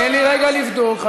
תן לי רגע לבדוק.